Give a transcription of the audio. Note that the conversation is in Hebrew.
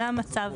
זה המצב.